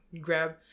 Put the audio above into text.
grab